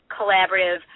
collaborative